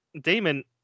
damon